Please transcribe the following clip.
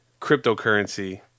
cryptocurrency